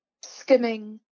skimming